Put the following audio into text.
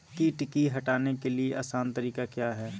किट की हटाने के ली आसान तरीका क्या है?